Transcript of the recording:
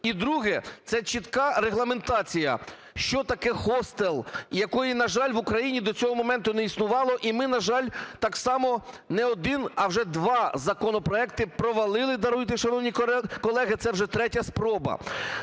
І друге – це чітка регламентація що таке хостел, і якої, на жаль, в Україні до цього моменту не існувало, і ми, на жаль, так само не один, а вже два законопроекти провалили, даруйте, шановні колеги, це вже третя спроба.